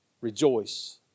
Rejoice